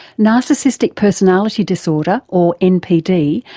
narcissistic personality disorder, or npd,